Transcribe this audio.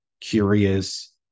curious